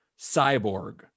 Cyborg